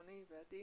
רני ועדי,